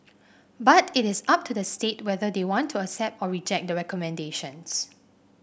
but it is up to the state whether they want to accept or reject the recommendations